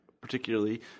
particularly